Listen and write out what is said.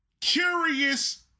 curious